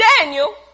Daniel